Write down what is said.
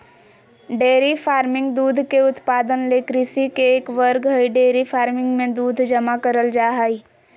dairy farming दूध के उत्पादन ले कृषि के एक वर्ग हई डेयरी फार्मिंग मे दूध जमा करल जा हई